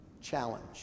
challenge